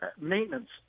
maintenance